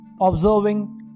Observing